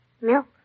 Milk